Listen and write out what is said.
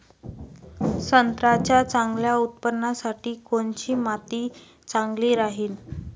संत्र्याच्या चांगल्या उत्पन्नासाठी कोनची माती चांगली राहिनं?